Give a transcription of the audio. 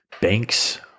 banks